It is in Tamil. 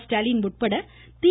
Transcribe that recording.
ஸ்டாலின் உட்பட தி